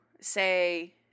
say